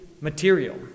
material